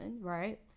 right